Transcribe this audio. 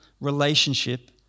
relationship